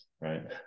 right